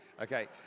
Okay